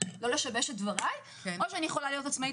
לא לשבש את דבריי או שאני יכולה להיות עצמאית,